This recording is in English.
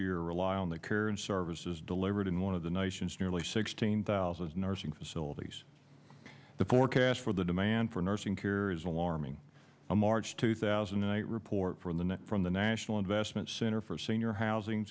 year rely on the care and services delivered in one of the nation's nearly sixteen thousand nursing facilities the forecast for the demand for nursing care is alarming a march two thousand and eight report from the net from the national investment center for senior housing